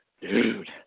dude